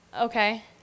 Okay